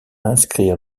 inscrire